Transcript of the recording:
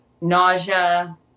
nausea